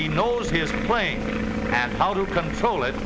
he knows his playing and how to control it